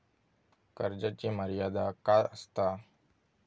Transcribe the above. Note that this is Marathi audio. कर्जाची मर्यादा काय असता?